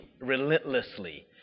relentlessly